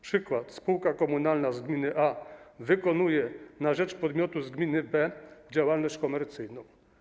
Przykład: spółka komunalna z gminy A wykonuje na rzecz podmiotów z gminy B działalność komercyjną.